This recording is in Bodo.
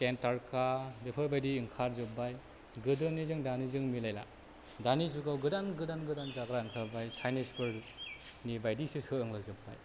चिकेन टारका बेफोरबायदि ओंखारजोब्बाय गोदोनिजों दानिजों मिलायला दानि जुगाव गोदान गोदान गोदान जाग्रा ओंखारबाय चाइनिसफोरनि बायदिसो सोलोंलाजोब्बाय